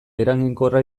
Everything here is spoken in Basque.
eraginkorra